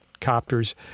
copters